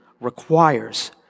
requires